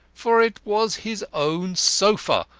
for it was his own sofa,